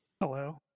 Hello